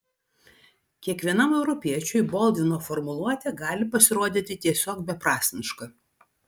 kiekvienam europiečiui boldvino formuluotė gali pasirodyti tiesiog beprasmiška